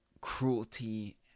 cruelty